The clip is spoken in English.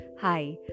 Hi